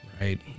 Right